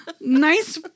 nice